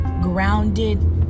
grounded